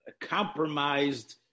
compromised